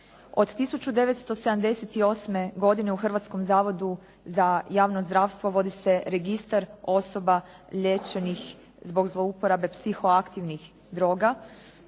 Od 1978. godine u Hrvatskom zavodu za javno zdravstvo vodi se Registar osoba liječenih zbog zlouporabe psihoaktivnih droga